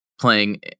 playing